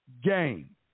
game